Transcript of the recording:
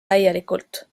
täielikult